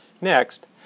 Next